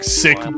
sick